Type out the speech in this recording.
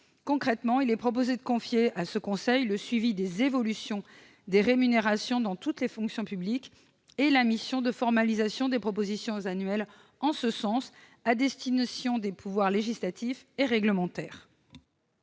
Concrètement, il est proposé de confier à l'instance le suivi des évolutions des rémunérations dans toutes les fonctions publiques et la mission de formalisation des propositions annuelles en ce sens, à destination des pouvoirs législatif et réglementaire.